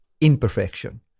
imperfection